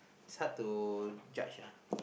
it's hard to judge ah